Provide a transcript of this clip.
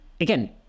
again